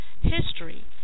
history